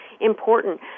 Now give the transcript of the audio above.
important